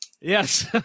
Yes